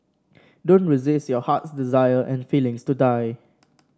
don't resist your heart's desire and feelings to die